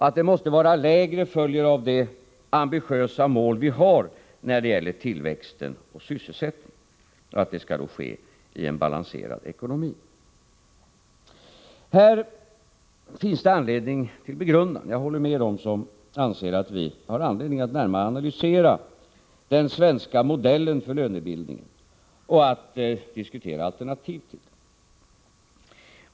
Att den måste vara lägre följer av att vi har ambitiösa mål när det gäller tillväxten och sysselsättningen, och det förutsätter en balanserad ekonomi. Här finns det anledning till begrundan. Jag håller med dem som anser att vi bör närmare analysera den svenska modellen för lönebildningen och diskutera alternativ till den.